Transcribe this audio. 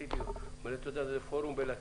הוא אמר לי: אתה יודע מה זה פורום בלטינית?